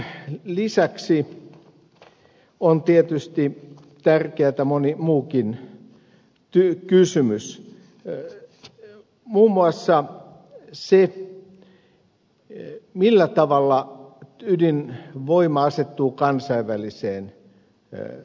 työvoiman lisäksi on tärkeä tietysti moni muukin kysymys muun muassa se millä tavalla ydinvoima asettuu kansainväliseen kehykseen